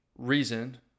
reason